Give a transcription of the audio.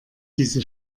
diese